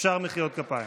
אפשר מחיאות כפיים.